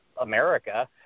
America